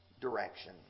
direction